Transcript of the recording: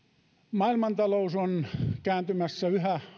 maailmantalous on kääntymässä yhä